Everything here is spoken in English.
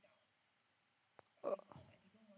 oh